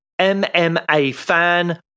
MMAFAN